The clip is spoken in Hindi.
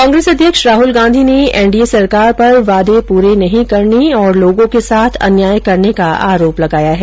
कांग्रेस अध्यक्ष राहुल गांधी ने एनडीए सरकार पर वादे पूरे नहीं करने तथा लोगों के साथ अन्याय करने का आरोप लगाया है